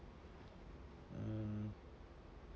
mm